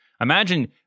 Imagine